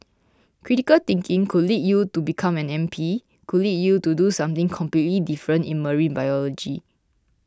critical thinking could lead you to become an M P could lead you to do something completely different in marine biology